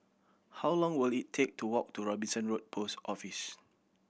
how long will it take to walk to Robinson Road Post Office